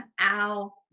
ow